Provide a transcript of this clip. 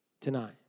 tonight